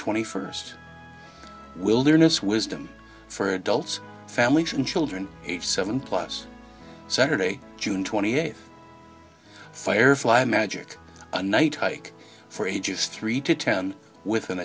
twenty first wilderness wisdom for adults families and children ages seven plus saturday june twenty eighth firefly magic a night hike for ages three to ten with an